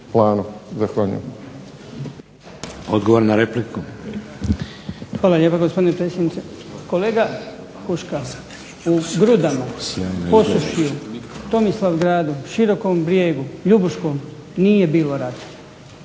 repliku. **Marić, Goran (HDZ)** Hvala lijepa gospodine predsjedniče. Kolega Huška, u Grudama, Posušju, Tomislavgradu, Širokom Brijegu, Ljubuškom nije bilo rata